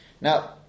Now